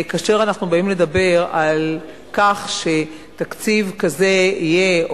כאשר אנחנו באים לדבר על כך שתקציב כזה יהיה,